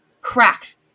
cracked